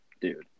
dude